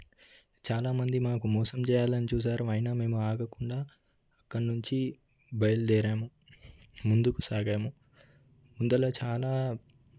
చాలామంది మాకు మోసం చేయాలని చూసారు అయినా మేము ఆగకుండా అక్కడి నుంచి బలుదేరాము ముందుకు సాగాము ఇందులో చాలా